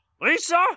Lisa